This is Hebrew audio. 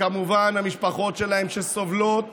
וכמובן את המשפחות שלהם, שסובלות